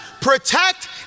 protect